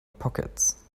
pockets